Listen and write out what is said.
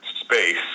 space